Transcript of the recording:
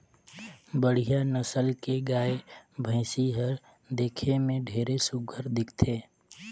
बड़िहा नसल के गाय, भइसी हर देखे में ढेरे सुग्घर दिखथे